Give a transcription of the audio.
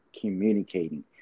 communicating